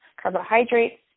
carbohydrates